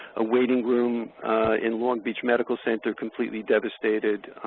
a waiting room in long beach medical center completely devastated.